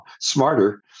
smarter